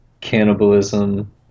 cannibalism